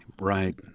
right